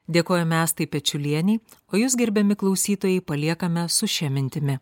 dėkojame astai pečiulienei o jūs gerbiami klausytojai paliekame su šia mintimi